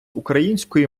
української